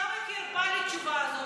בושה וחרפה התשובה הזאת.